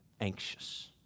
anxious